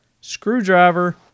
screwdriver